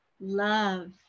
Love